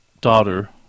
daughter